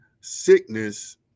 sickness